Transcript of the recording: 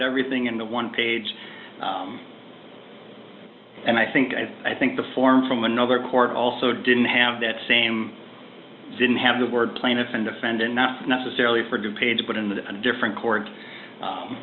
everything into one page and i think i have i think the form from another court also didn't have that same didn't have the word plaintiff and defendant not necessarily for du page put in a different court